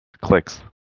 clicks